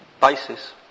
basis